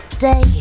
day